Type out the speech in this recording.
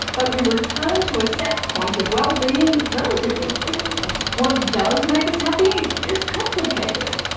but we return to a set-point of well-being relatively quickly. what does make us happy is complicated.